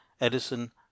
Edison